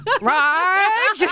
right